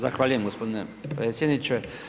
Zahvaljujem gospodine predsjedniče.